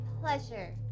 pleasure